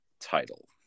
title